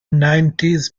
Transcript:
nineties